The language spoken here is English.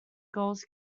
goals